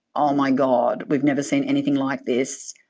oh my god, we've never seen anything like this.